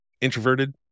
introverted